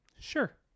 Sure